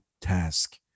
task